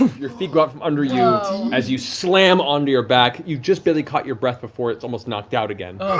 your feet go out from under you as you slam onto your back, you just barely caught your breath before it's almost knocked out again.